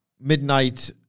Midnight